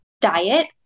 diet